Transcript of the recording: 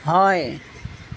হয়